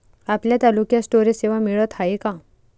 आपल्या तालुक्यात स्टोरेज सेवा मिळत हाये का?